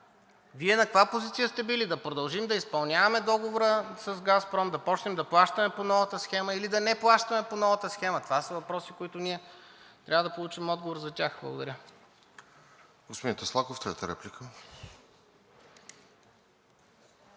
Вие на каква позиция сте били? Да продължим да изпълняваме договора с „Газпром“? Да започнем да плащаме по новата схема или да не плащаме по новата схема? Това са въпроси, на които ние трябва да получим отговор. Благодаря. ПРЕДСЕДАТЕЛ РОСЕН